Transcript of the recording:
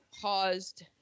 caused